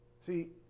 See